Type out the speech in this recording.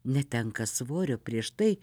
netenka svorio prieš tai